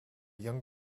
young